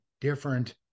different